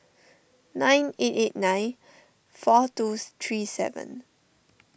nine eight eight nine four two three seven